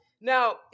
Now